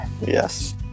Yes